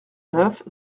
neuf